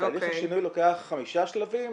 תהליך השינוי לוקח חמישה שלבים.